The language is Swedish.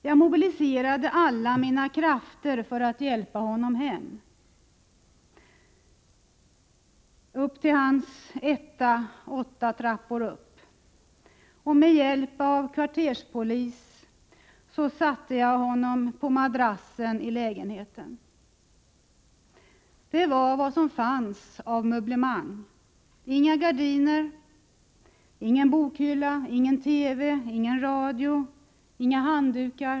Jag mobiliserade alla mina krafter för att hjälpa honom hem, upp till hans etta åtta trappor upp. Med hjälp av kvarterspolis satte jag honom på madrassen i lägenheten. Det var vad som fanns av möblemang — inga gardiner, ingen bokhylla, ingen TV, ingen radio och inga handdukar.